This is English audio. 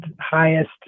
highest